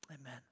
amen